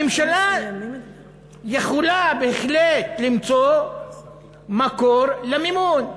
הממשלה יכולה בהחלט למצוא מקור למימון מהתקציב,